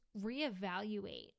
reevaluate